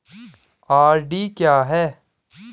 RD क्या है?